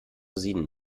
sieden